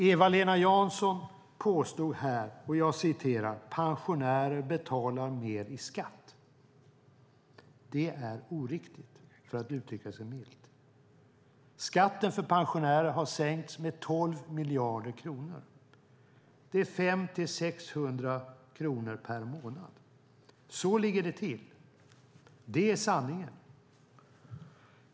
Eva-Lena Jansson påstod här att "pensionärer betalar högre skatt". Det är oriktigt, för att uttrycka sig milt. Skatten för pensionärer har sänkts med 12 miljarder kronor. Det är 500-600 kronor per månad. Så ligger det till. Det är sanningen.